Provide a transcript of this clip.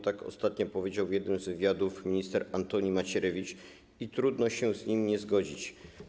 Tak ostatnio powiedział w jednym z wywiadów minister Antoni Macierewicz i trudno się z nim nie zgodzić.